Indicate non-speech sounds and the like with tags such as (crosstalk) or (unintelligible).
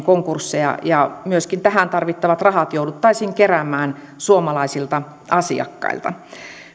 (unintelligible) konkursseja ja myöskin tähän tarvittavat rahat jouduttaisiin keräämään suomalaisilta asiakkailta